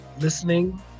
listening